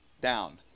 down